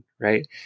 right